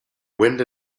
wind